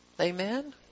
amen